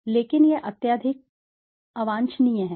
लेकिन यह अत्यधिक अत्यधिक अत्यधिक अत्यधिक अवांछनीय है